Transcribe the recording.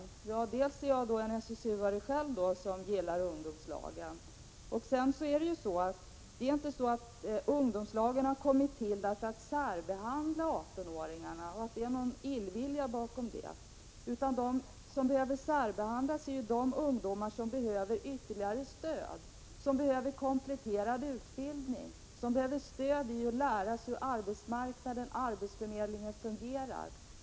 Själv är jag en SSU-are som gillar ungdomslagen. Ungdomslagen har inte kommit till för att särbehandla 18-åringarna, och det finns ingen illvilja bakom, utan de som särbehandlas är ju de ungdomar som behöver kompletterande utbildning och som behöver hjälp att lära sig hur arbetsmarknaden och arbetsförmedlingen fungerar.